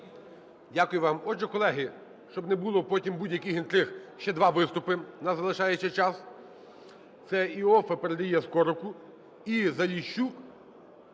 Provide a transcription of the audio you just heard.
Дякую вам. Отже, колеги, щоб не було потім будь-яких інтриг, ще два виступи, в нас залишається час. Це Іоффе передає Скорику, і Заліщук